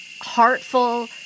heartful